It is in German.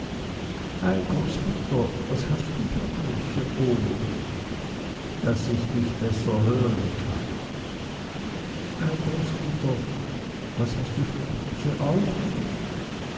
ei großmutter was hast du für große ohren daß ich dich besser hören kann ei großmutter was hast du für große augen